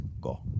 go